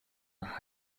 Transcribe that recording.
nach